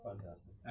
Fantastic